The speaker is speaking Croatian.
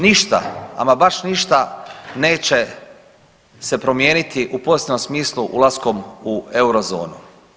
Ništa, ama baš ništa neće se promijeniti u pozitivnom smislu ulaskom u eurozonu.